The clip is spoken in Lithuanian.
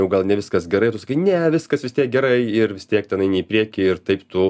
jau gal ne viskas gerai ir ne viskas vis tiek gerai ir vis tiek ten eini į priekį ir taip tu